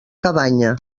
cabanya